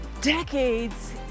decades